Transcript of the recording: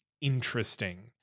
interesting